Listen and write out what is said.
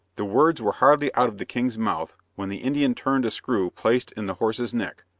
the words were hardly out of the king's mouth when the indian turned a screw placed in the horse's neck,